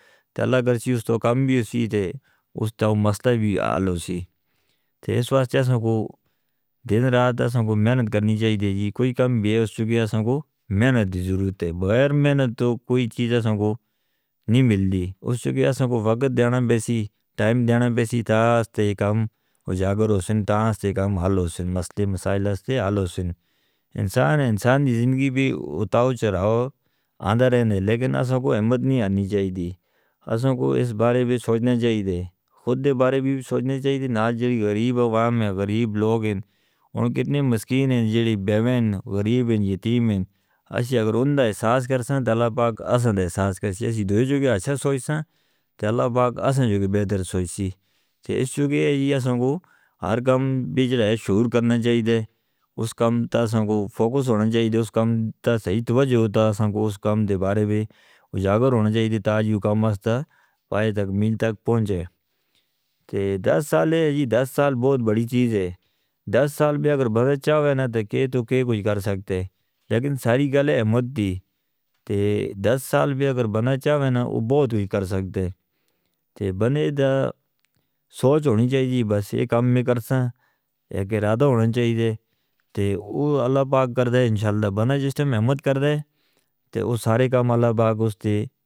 تہ lawyers use تو کم بھی شدے اس تاں مسئلہ بھی آلو سی تے اس واسطے سانوں کو دن رات دا سانوں کو محنت کرنی چاہی دی۔ کوئی کم بیوستہ گیا سانوں کو محنت دی ضرورت ہے بغیر محنت تو کوئی چیز سانوں کو نہیں مل دی۔ اس توں گیا سانوں کو وقت دیاناں بیسی ٹائم دیاناں بیسی تاس تے کم ہو جاکر ہو سن تاس تے کم حل ہو سن مسئلے مسائلہ تے حل ہو سن۔ انسان انسان دی زندگی بھی اتاو چراہو آندہ رہنے لیکن اساں کو احمت نہیں آنی چاہی دی۔ اساں کو اس بارے بھی سوچنا چاہی دے خود دے بارے بھی سوچنا چاہی دے۔ نا جڑی غریب عوام ہے غریب لوگ ہیں ان کتنے مسکین ہیں جڑی بیوین غریب ہیں یتیم ہیں۔ اس جگہ ایہ ہم کو ہر کم بیج رہا ہے شور کرنے چاہی دا۔ اس کم تاں سانوں کو فوکس ہونا چاہی دا، اس کم تاں صحیح توجہ ہوتا سانوں کو اس کم دے بارے بھی اجاگر ہونا چاہی دا تاں جو کم استا پائے تکمیل تک پہنچے۔ دس سال ہے جی دس سال بہت بڑی چیز ہے۔ دس سال بھی اگر بھگت چاہو ہے نا تے کے تو کے کچھ کر سکتے لیکن ساری گال ہے احمت دی تے دس سال بھی اگر بنہ چاہو ہے نا وہ بہت کچھ کر سکتے تے بنے دا سوچ ہونی چاہی دی۔ بس ایک کم میں کرسن ایک ارادہ ہونی چاہی دے تے وہ اللہ پاک کر دے انشاءاللہ بنا جس طرح محمت کر دے تے وہ سارے کام اللہ پاک اس تے.